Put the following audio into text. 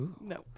No